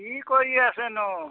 কি কৰি আছেনো